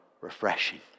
refreshing